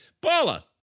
Paula